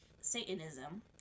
Satanism